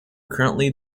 currently